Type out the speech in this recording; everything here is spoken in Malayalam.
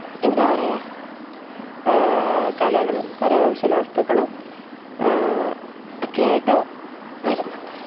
എന്താ പറയുക കലകളും കരകൗശല വസ്തുക്കളും ഒക്കെയായിട്ട് വരുന്നുണ്ട്